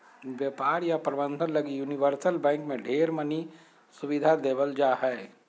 व्यापार या प्रबन्धन लगी यूनिवर्सल बैंक मे ढेर मनी सुविधा देवल जा हय